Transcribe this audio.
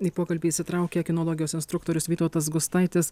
į pokalbį įsitraukė kinologijos instruktorius vytautas gustaitis